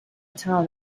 town